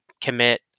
commit